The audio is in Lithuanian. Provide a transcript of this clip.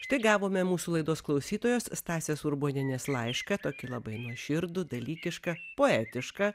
štai gavome mūsų laidos klausytojos stasės urbonienės laišką tokį labai nuoširdų dalykišką poetišką